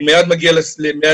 אני פונה